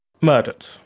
murdered